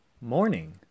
Morning